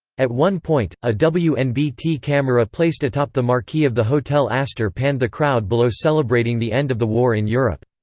at one point, a wnbt camera placed atop the marquee of the hotel astor panned the crowd below celebrating the end of the war in europe.